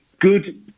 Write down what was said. good